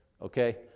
okay